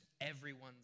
everyone's